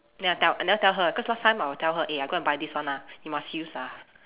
never tell I never tell her cause last time I will tell her eh I will go and buy this one ah you must use ah